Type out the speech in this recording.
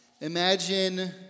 Imagine